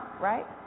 right